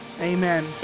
Amen